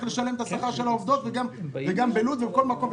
לשלם את שכר העובדים וגם בלוד ובכל מקום,